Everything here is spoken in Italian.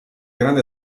grande